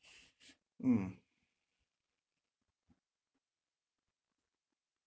mm